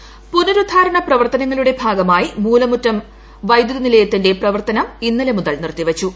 മൂലമറ്റം പുനരുദ്ധാരണ പ്രവർത്തനങ്ങളുടെ ഭാഗമായി മൂലമറ്റം വൈദ്യുതിനിലയത്തിന്റെ പ്രവർത്തനം ഇന്നലെ മുതൽ നിർത്തിവെച്ചു